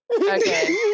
Okay